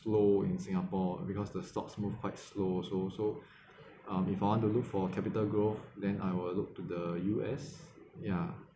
slow in singapore because the stocks move quite slow also so um if you want to look for capital growth then I will look to the U_S ya